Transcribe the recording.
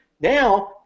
Now